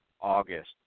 August